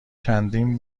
چندین